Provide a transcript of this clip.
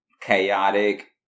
chaotic